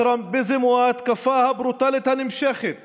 הטראמפיזם הוא ההתקפה הברוטלית הנמשכת